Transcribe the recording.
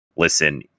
listen